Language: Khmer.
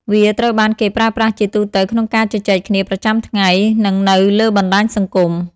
វាត្រូវបានគេប្រើប្រាស់ជាទូទៅក្នុងការជជែកគ្នាប្រចាំថ្ងៃនិងនៅលើបណ្តាញសង្គម។